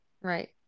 Right